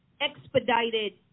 expedited